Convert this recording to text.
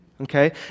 Okay